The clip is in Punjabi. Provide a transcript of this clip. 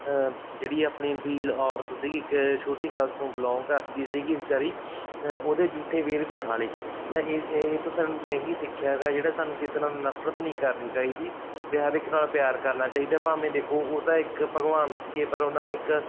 ਜਿਹੜੀ ਆਪਣੀ ਫੀਲ ਔਰਤ ਸੀਗੀ ਇੱਕ ਛੋਟੀ ਕਾਸਟ ਨੂੰ ਬਿਲੋਂਗ ਕਰਦੀ ਸੀਗੀ ਵਿਚਾਰੀ ਉਹਦੇ ਜੂਠੇ ਬੇਰ ਵੀ ਖਾ ਲਏ ਤਾਂ ਮੈਂ ਇਹ ਹੀ ਸਿੱਖਿਆ ਹੈਗਾ ਜਿਹੜਾ ਸਾਨੂੰ ਕਿਸ ਤਰ੍ਹਾਂ ਨਫ਼ਰਤ ਨਹੀਂ ਕਰਨੀ ਚਾਹੀਦੀ ਵੀ ਹਰ ਇੱਕ ਨਾਲ ਪਿਆਰ ਕਰਨਾ ਚਾਹੀਦਾ ਭਾਵੇਂ ਦੇਖੋ ਉਹ ਤਾਂ ਇੱਕ ਭਗਵਾਨ ਸੀਗੇ ਪਰ ਉਹਨਾਂ ਨੇ ਇੱਕ